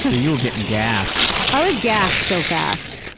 so you were gettin' gassed. i was gassed so fast.